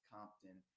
Compton